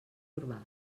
urbà